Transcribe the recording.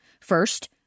first